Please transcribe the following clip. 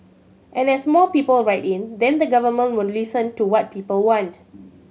and as more people write in then the Government will listen to what people want